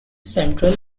central